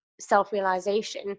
self-realization